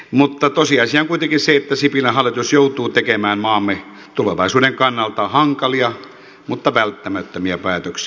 mutta tosiasia on kuitenkin se että sipilän hallitus joutuu tekemään maamme tulevaisuuden kannalta hankalia mutta välttämättömiä päätöksiä